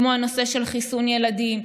כמו הנושא של חיסון ילדים,